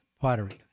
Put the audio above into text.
pottery